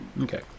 Okay